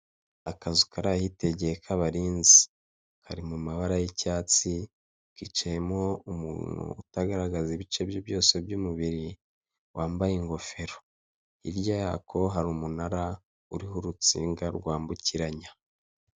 Inzu ifite ibara ry'umweru ndetse n'inzugi zifite ibaraya gusa umweru n'ibirahure by'umukara hasi hari amakaro ifite ibyumba bikodeshwa ibihumbi ijana na mirongo itanu by'amafaranga y'u Rwanda.